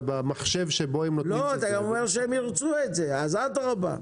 אתה אומר שהם ירצו את זה אז אדרבא.